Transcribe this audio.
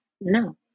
No